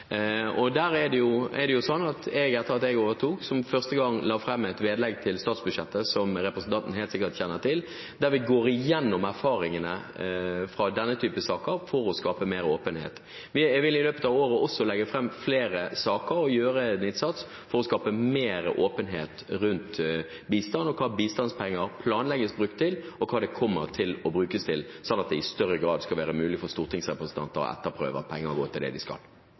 Etter at jeg overtok, ble det for første gang lagt fram et vedlegg til statsbudsjettet, som representanten helt sikkert kjenner til, der vi går igjennom erfaringene fra denne type saker for å skape mer åpenhet. Jeg vil i løpet av året også legge fram flere saker og gjøre en innsats for å skape mer åpenhet om bistand, hva bistandspenger planlegges brukt til, og hva de kommer til å bli brukt til, sånn at det i større grad skal være mulig for stortingsrepresentanter å etterprøve at pengene har gått til det de skal.